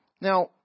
Now